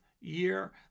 year